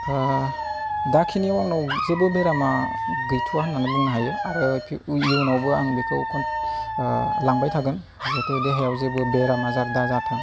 दाखिनियाव आंनियाव जेबो बेरामा गैथ'वा होननानै बुंनो हायो आरो इयुनावबो आं बेखौ लांबाय थागोन जिहेतु देहायाव जेबो बेराम आजार दाजाथों